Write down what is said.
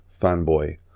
fanboy